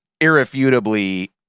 irrefutably